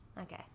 Okay